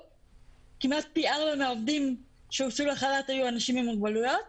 שכמעט פי 4 מהעובדים שהוצאו לחל"ת היו אנשים עם מוגבלויות,